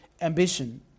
ambition